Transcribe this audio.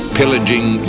pillaging